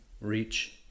Reach